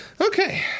Okay